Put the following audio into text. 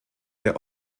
der